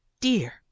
dear